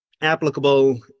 applicable